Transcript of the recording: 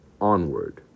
onward